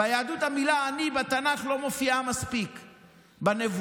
ביהדות המילה "עני" לא מופיעה מספיק בתנ"ך,